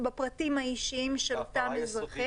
בפרטים האישיים --- הפרה יסודית.